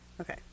Okay